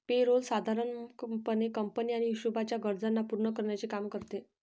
पे roll साधारण पणे company आणि हिशोबाच्या गरजांना पूर्ण करण्याचे काम करते